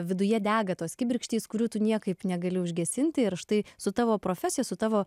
viduje dega tos kibirkštys kurių tu niekaip negali užgesinti ir štai su tavo profesija su tavo